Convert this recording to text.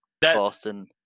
Boston